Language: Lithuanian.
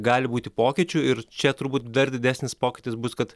gali būti pokyčių ir čia turbūt dar didesnis pokytis bus kad